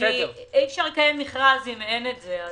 כי אי אפשר לקיים מכרז אם אין את זה.